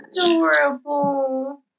adorable